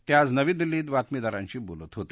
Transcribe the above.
ते आज नवी दिल्लीत बातमीदारांशी बोलत होते